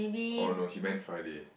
oh no she meant Friday